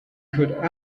could